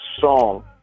song